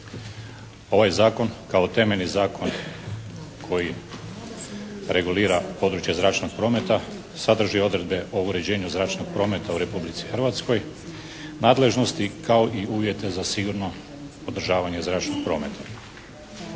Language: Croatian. Ovaj zakon kao temeljni zakon koji regulira područje zračnog prometa sadrži odredbe o uređenju zračnog prometa u Republici Hrvatskoj, nadležnosti kao i uvjete za sigurno održavanje zračnog prometa.